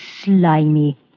slimy